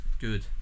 good